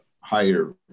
higher